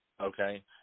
okay